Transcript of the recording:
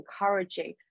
encouraging